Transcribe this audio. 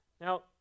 Now